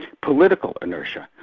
political inertia,